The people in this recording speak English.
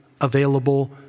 available